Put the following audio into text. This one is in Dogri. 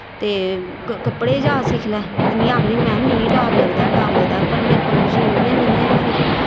ते कपड़ें दा जाच सिक्खी लै में आखनी भला मीं डर लगदा डर लगदा पर मेरे कोल मशीन बी हैनी ही अदूं